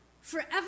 forever